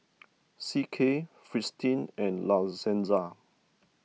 C K Fristine and La Senza